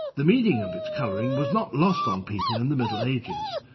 the meaning of its colouring was not lost on people in the middle ages,